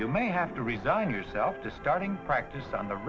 you may have to resign yourself to starting practice on the